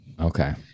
Okay